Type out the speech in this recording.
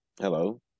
Hello